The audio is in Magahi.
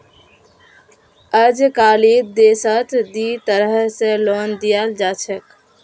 अजकालित देशत दी तरह स लोन दियाल जा छेक